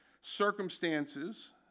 circumstances